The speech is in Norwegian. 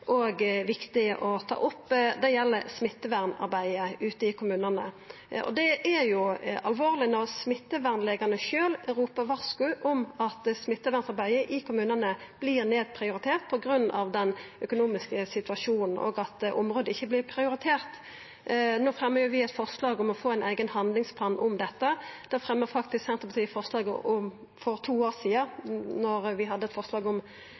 viktig å ta opp – det gjeld smittevernarbeidet ute i kommunane. Det er alvorleg når smittevernlegane sjølve ropar varsku om at smittevernarbeidet ute i kommunane vert nedprioritert på grunn av den økonomiske situasjonen, og at området ikkje vert prioritert. No fremjar vi eit forslag om å få ein eigen handlingsplan om dette. Det fremma faktisk Senterpartiet forslag om for to år sidan, da vi hadde eit forslag om